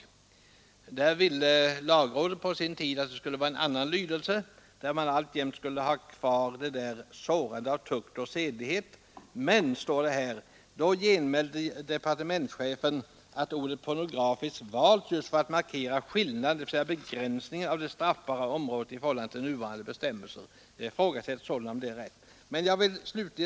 Lagrådet ville på sin tid behålla den gamla lydelsen som grundade sig på begreppet ”sårande av tukt och sedlighet”. Enligt JO genmälde emellertid departementschefen då att ordet ”pornografisk” valts just för att markera skillnaden, dvs. begränsningen av det straffbara området, i förhållande till nuvarande bestämmelser. Jag ifrågasätter därför om justitieministerns uppgift är riktig.